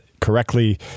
correctly